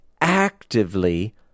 actively